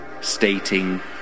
stating